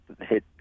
hit